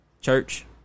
Church